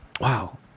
Wow